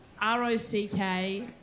R-O-C-K